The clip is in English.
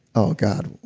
oh god,